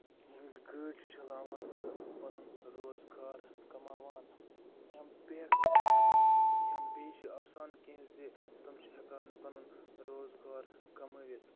گٲڑۍ چھُ چلاوان تہٕ پَنُن روزگار کَماوان یا بیاکھ یا بیٚیہِ چھ آسان کیٚنہہ زِ تِم چھِ ہٮ۪کان پَنُن روزگار کَمٲوِتھ